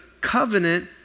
covenant